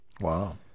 Wow